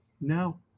No